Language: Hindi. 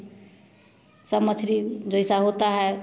सब मछली जैसा होता है